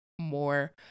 more